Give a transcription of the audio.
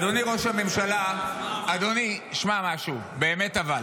אדוני ראש הממשלה, אדוני, שמע משהו, אבל באמת.